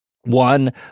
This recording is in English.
one